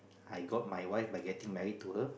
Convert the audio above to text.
I got my wife by getting married to her